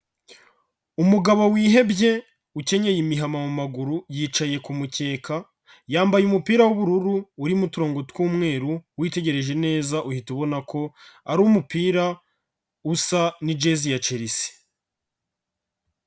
Umugabo wihebye ukenyeye imihama mu maguru yicaye ku mukeka, yambaye umupira w'ubururu urimo uturongo tw'umweru witegereje neza uhita ubona ko ari umupira usa n'ijezi ya Chelsea.